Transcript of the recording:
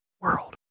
World